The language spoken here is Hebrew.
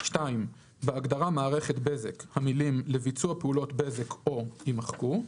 בהגדרה "מערכת בזק" המילים "לביצוע פעולות בזק או" יימחקו,